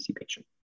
patient